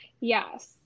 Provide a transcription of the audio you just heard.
Yes